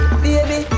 baby